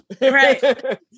right